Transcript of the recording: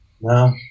No